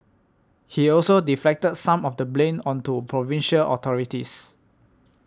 he also deflected some of the blame onto provincial authorities